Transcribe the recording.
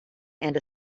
and